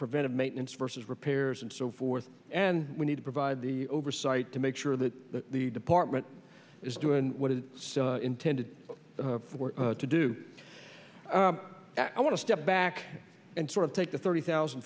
preventive maintenance versus repairs and so forth and we need to provide the oversight to make sure that the department is doing what it says intended to do i want to step back and sort of take the thirty thousand